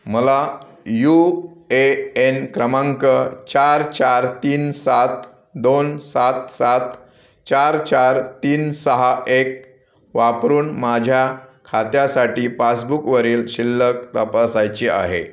मला U A N क्रमांक चार चार तीन सात दोन सात सात चार चार तीन सहा एक वापरून माझ्या खात्यासाठी पासबुकवरील शिल्लक तपासायची आहे